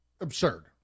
absurd